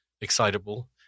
excitable